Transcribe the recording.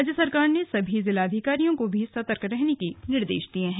राज्य सरकार ने सभी जिलों के जिलाधिकारियों को भी सतर्क रहने के निर्देश दिये हैं